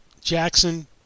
Jackson